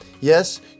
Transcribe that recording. Yes